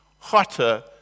hotter